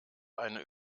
eine